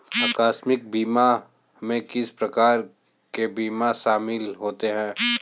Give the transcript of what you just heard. आकस्मिक बीमा में किस प्रकार के बीमा शामिल होते हैं?